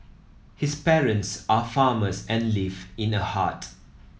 his parents are farmers and live in a hut